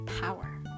power